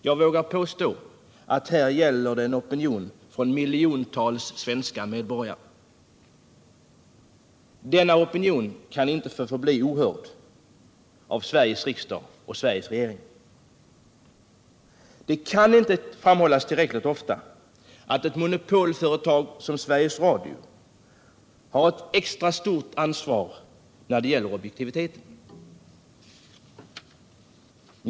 Jag vågar påstå att här gäller det en opinion från miljontals svenska medborgare. Denna opinion kan inte få förbli ohörd av Sveriges riksdag och Sveriges regering. Det kan inte framhållas tillräckligt ofta att ett monopolföretag som Sveriges Radio har ett extra stort ansvar när det gäller objektiviteten.